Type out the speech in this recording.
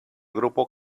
grupo